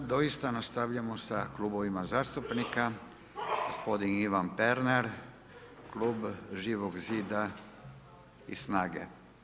I sad doista nastavljamo sa klubovima zastupnika, gospodin Ivan Pernar, Klub Živog zida i SNAGA-e.